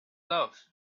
love